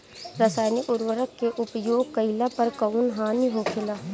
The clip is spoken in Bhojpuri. रसायनिक उर्वरक के उपयोग कइला पर कउन हानि होखेला?